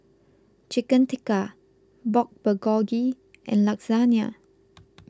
Chicken Tikka Pork Bulgogi and Lasagne